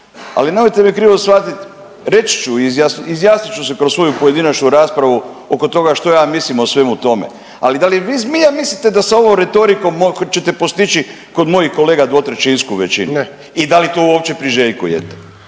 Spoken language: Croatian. Ali nemojte me krivo shvatiti, reći ću, izjasnit ću se kroz svoju pojedinačnu raspravu oko toga što ja mislim o svemu tome. Ali da li vi zbilja mislite da sa ovom retorikom ćete postići kod mojih kolega dvotrećinsku većinu? … /Upadica: Ne./ … I da li to uopće priželjkujete?